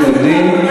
בעד, 15, 30 מתנגדים.